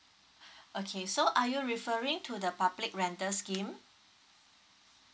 okay so are you referring to the public rental scheme